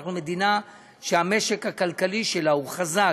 אנחנו מדינה שהמשק הכלכלי שלה הוא חזק,